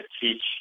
teach